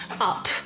up